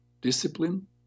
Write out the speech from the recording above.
discipline